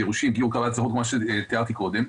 גירושים ומה שתיארתי קודם,